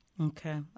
Okay